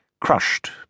crushed